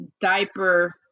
diaper